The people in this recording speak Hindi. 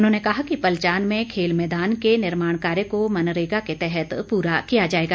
उन्होंने कहा कि पलचान में खेल मैदान के निर्माण कार्य को मनरेगा के तहत पूरा किया जाएगा